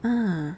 ah